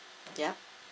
yup